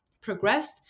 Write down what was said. progressed